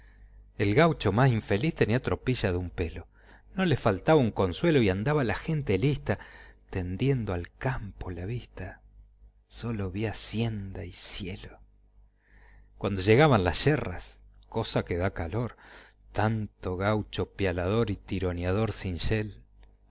el gaucho más infeliz tenía tropilla de un pelo no le faltaba un consuelo y andaba la gente lista teniendo al campo la vista sólo vía hacienda y cielo cuando llegaban las yerras cosa que daba calor tanto gaucho pialador y tironiador sin yel